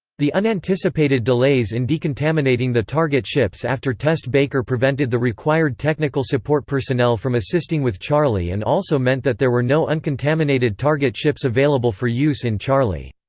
the unanticipated delays in decontaminating the target ships after test baker prevented the required technical support personnel from assisting with charlie and also meant that there were no uncontaminated target ships available for use in charlie.